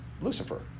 Lucifer